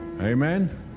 Amen